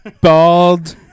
bald